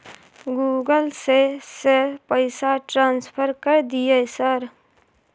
Google से से पैसा ट्रांसफर कर दिय सर?